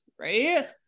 right